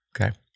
Okay